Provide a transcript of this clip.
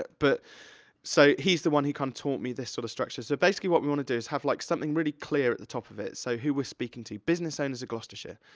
but so, he's the one who kinda taught me this sort of structure. so, basically, what we wanna do is have, like, something really clear at the top of it. so, who we're speaking to, business owners of gloucestershire.